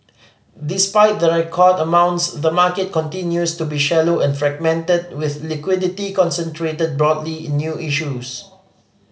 despite the record amounts the market continues to be shallow and fragmented with liquidity concentrated broadly in new issues